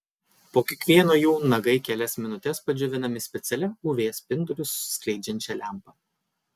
po kiekvieno jų nagai kelias minutes padžiovinami specialia uv spindulius skleidžiančia lempa